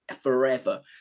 forever